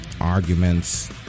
arguments